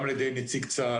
גם על ידי נציג צה"ל,